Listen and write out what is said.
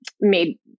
made